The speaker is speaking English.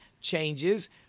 changes